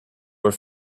were